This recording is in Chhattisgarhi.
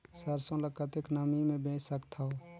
सरसो ल कतेक नमी मे बेच सकथव?